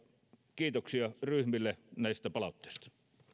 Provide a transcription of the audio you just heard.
kiitoksia ryhmille näistä palautteista